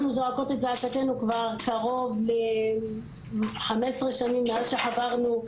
אנחנו זועקות את זעקתנו כבר קרוב ל-15 שנים מאז שחברנו,